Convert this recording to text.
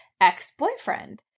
ex-boyfriend